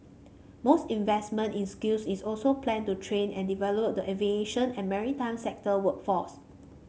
most investment in skills is also planned to train and develop the aviation and maritime sector workforce